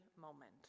moment